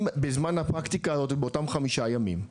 בזמן הפרקטיקה הזאת ובאותם חמישה ימים,